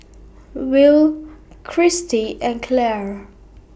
Will Christie and Claire